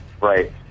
Right